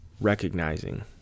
recognizing